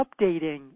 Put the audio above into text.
updating